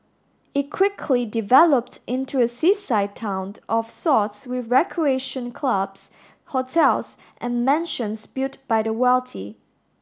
it quickly developed into a seaside town of sorts with recreation clubs hotels and mansions built by the wealthy